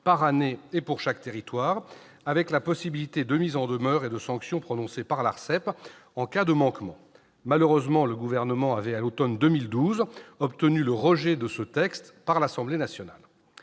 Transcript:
par année et pour chaque territoire, avec la possibilité de mises en demeure et de sanctions prononcées par l'ARCEP en cas de manquement. Malheureusement, le Gouvernement avait, à l'automne 2012, obtenu le rejet du texte par l'Assemblée nationale.